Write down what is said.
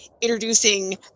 introducing